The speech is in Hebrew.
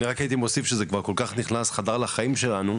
אני רק הייתי מוסיף שזה כל כך נכנס וחדר לחיים שלנו,